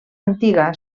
antiga